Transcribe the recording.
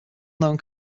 known